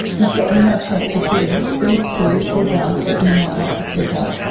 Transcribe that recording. you've got no chance of getting things through or done that you might like to see done.